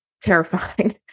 terrifying